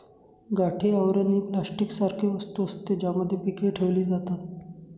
गाठी आवरण ही प्लास्टिक सारखी वस्तू असते, ज्यामध्ये पीके ठेवली जातात